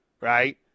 right